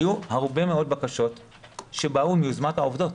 היו הרבה מאוד בקשות שבאו ביוזמת העובדות.